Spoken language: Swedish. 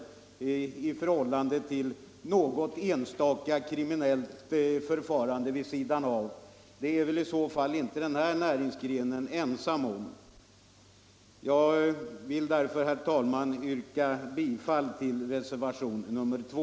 Att det förekommer ett och annat kriminellt förfarande är väl denna näringsgren inte ensam om. Herr talman! Jag yrkar bifall till reservationen 2.